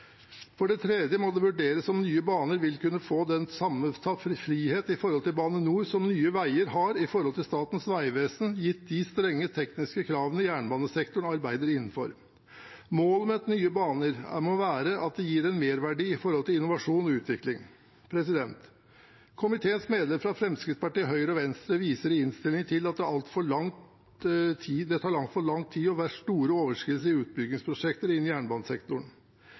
For det tredje må det vurderes om Nye Baner vil kunne få den samme frihet opp mot Bane NOR som Nye Veier har opp mot Statens vegvesen, gitt de strenge tekniske kravene jernbanesektoren arbeider innenfor. Målet med Nye Baner må være at det gir en merverdi med hensyn til innovasjon og utvikling. Komiteens medlemmer fra Fremskrittspartiet, Høyre og Venstre viser i innstillingen til at det tar altfor lang tid og er store overskridelser i utbyggingsprosjekter innen jernbanesektoren. Det